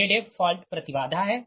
Zf fault प्रति बाधा है